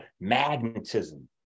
magnetism